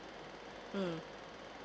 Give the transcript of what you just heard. mm